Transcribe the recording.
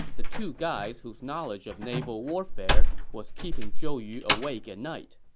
the two guys whose knowledge of naval warfare was keeping zhou yu awake at night.